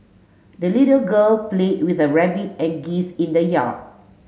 the little girl played with her rabbit and geese in the yard